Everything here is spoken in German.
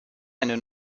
eine